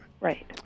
Right